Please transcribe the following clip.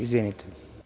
Izvinite.